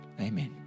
Amen